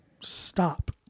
stop